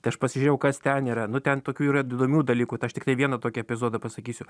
tai aš pasižiūrėjau kas ten yra nu ten tokių yra įdomių dalykų tai aš tiktai vieną tokį epizodą pasakysiu